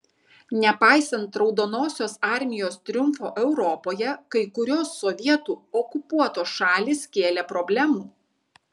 nepaisant raudonosios armijos triumfo europoje kai kurios sovietų okupuotos šalys kėlė problemų